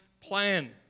plan